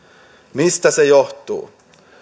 mistä se johtuu